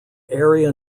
area